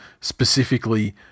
specifically